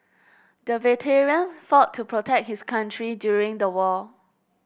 the veteran fought to protect his country during the war